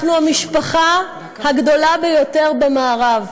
אנחנו המשפחה הגדולה ביותר במערב.